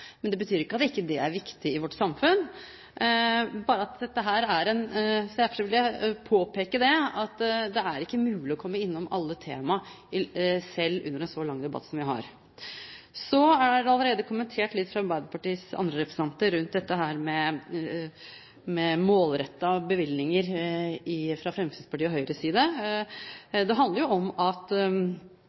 men det betyr ikke at det ikke er viktig i vårt samfunn. Derfor vil jeg påpeke at det ikke er mulig å komme innom alle temaer, selv under en så lang debatt som vi har. Så er dette med målrettede bevilgninger fra Fremskrittspartiets og Høyres side allerede kommentert av andre av Arbeiderpartiets representanter. Det handler om at